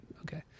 okay